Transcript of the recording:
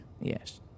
Yes